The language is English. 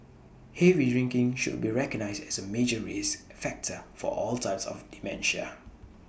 heavy drinking should be recognised as A major risk factor for all types of dementia